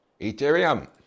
Ethereum